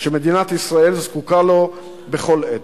שמדינת ישראל זקוקה לו בכל עת.